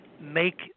make